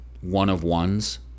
one-of-ones